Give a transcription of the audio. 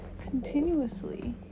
continuously